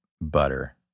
butter